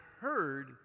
heard